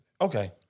Okay